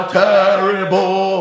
terrible